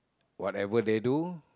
whatever they do